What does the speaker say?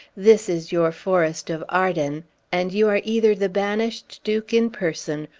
this is your forest of arden and you are either the banished duke in person,